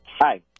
Hi